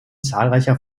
zahlreicher